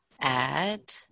add